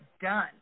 done